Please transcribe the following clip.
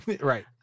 Right